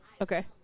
Okay